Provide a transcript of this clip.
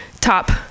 top